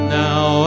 now